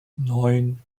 neun